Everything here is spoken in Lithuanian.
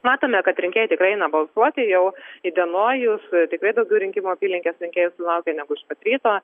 matome kad rinkėjai tikrai eina balsuoti jau įdienojus tikrai daugiau rinkimų apylinkės rinkėjų sulaukia negu iš pat ryto